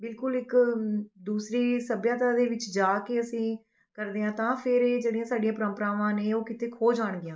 ਬਿਲਕੁਲ ਇੱਕ ਦੂਸਰੀ ਸੱਭਿਅਤਾ ਦੇ ਵਿੱਚ ਜਾ ਕੇ ਅਸੀਂ ਕਰਦੇ ਹਾਂ ਤਾਂ ਫਿਰ ਇਹ ਜਿਹੜੀਆਂ ਸਾਡੀਆਂ ਪਰੰਪਰਾਵਾਂ ਨੇ ਉਹ ਕੀਤੇ ਖੋ ਜਾਣਗੀਆਂ